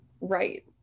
right